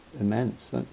immense